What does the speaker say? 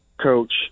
coach